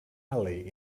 alley